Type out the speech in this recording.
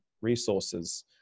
resources